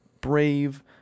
Brave